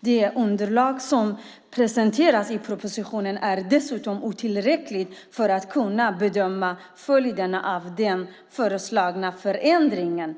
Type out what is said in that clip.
Det underlag som presenteras i propositionen är dessutom otillräckligt för att man ska kunna bedöma följderna av den föreslagna förändringen.